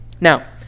Now